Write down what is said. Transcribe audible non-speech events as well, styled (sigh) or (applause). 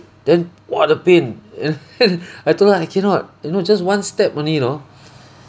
then !wah! the pain and then (laughs) I told her I cannot you know just one step only you know